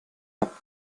app